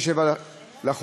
תודה רבה.